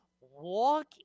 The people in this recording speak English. Walk